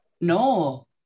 No